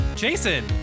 Jason